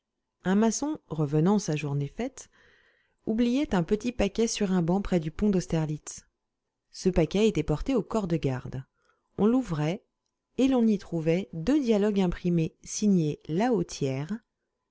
un maçon revenant sa journée faite oubliait un petit paquet sur un banc près du pont d'austerlitz ce paquet était porté au corps de garde on l'ouvrait et l'on y trouvait deux dialogues imprimés signés